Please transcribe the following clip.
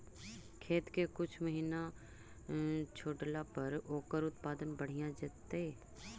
खेत के कुछ महिना छोड़ला पर ओकर उत्पादन बढ़िया जैतइ?